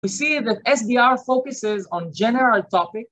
We see that SDR focuses on general topics.